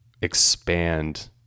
expand